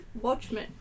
Watchmen